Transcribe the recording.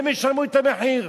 הם ישלמו את המחיר.